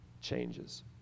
changes